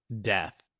death